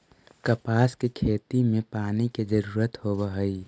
कपास के खेती में पानी के जरूरत होवऽ हई